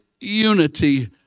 unity